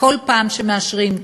וכל פעם שמאשרים,